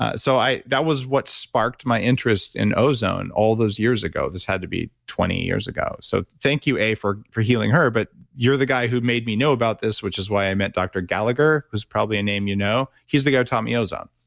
ah so that was what sparked my interest in ozone all those years ago. this had to be twenty years ago. so, thank you, a, for for healing her, but you're the guy who made me know about this, which is why i met dr. gallagher, who's probably a name you know, he's the guy who taught me ozone.